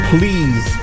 Please